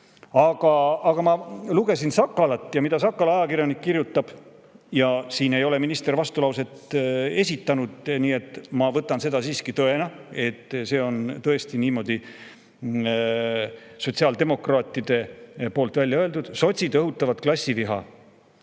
Ma lugesin Sakalat ja seda, mida Sakala ajakirjanik kirjutab. Minister ei ole vastulauset esitanud, nii et ma võtan seda tõena, et see on tõesti niimoodi sotsiaaldemokraatidel välja öeldud. Sotsid õhutavad klassiviha.